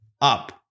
up